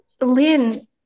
Lynn